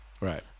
Right